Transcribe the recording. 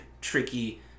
tricky